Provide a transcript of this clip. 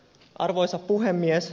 arvoisa puhemies